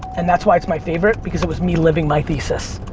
and that's why it's my favorite because it was me living my thesis.